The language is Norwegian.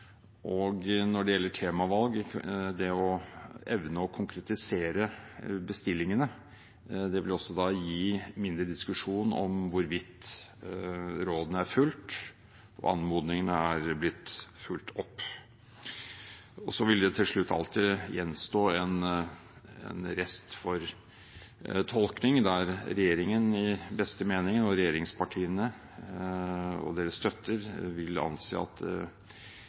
og når det gjelder temavalg, det å evne å konkretisere bestillingene, som vil gi mindre diskusjon om hvorvidt rådene er fulgt og anmodningene er blitt fulgt opp. Så vil det jo til slutt alltid gjenstå en rest for tolkning, der regjeringen i beste mening og regjeringspartiene og deres støtter vil anse at